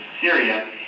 Syria